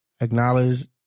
Acknowledge